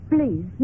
Please